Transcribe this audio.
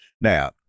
Now